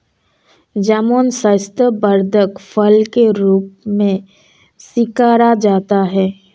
जामुन स्वास्थ्यवर्धक फल के रूप में स्वीकारा जाता है